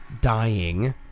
dying